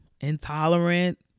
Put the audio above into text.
intolerant